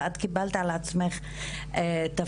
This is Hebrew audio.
ואת קיבלת על עצמך תפקיד